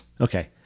okay